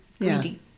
greedy